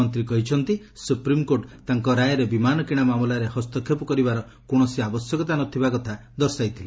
ମନ୍ତ୍ରୀ କହିଛନ୍ତି ସୁପ୍ରିମ୍କୋର୍ଟ ତାଙ୍କର ରାୟରେ ବିମାନ କିଣା ମାମଲାରେ ହସ୍ତକ୍ଷେପ କରିବାର କୌଣସି ଆବଶ୍ୟକତା ନ ଥିବା କଥା ଦର୍ଶାଇ ଥିଲେ